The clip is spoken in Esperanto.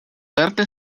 lerte